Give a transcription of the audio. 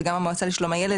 וגם המועצה לשלום הילד,